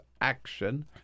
Action